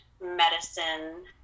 medicine